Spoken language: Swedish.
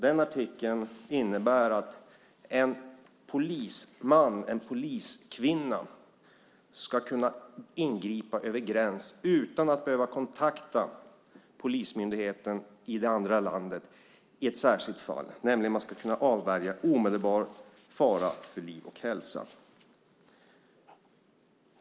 Den artikeln innebär att en polisman, en poliskvinna, ska kunna ingripa över gräns utan att behöva kontakta polismyndigheten i det andra landet i ett särskilt fall, nämligen att avvärja omedelbar fara för liv och hälsa.